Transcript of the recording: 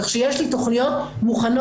כך שיש לי תכניות מוכנות,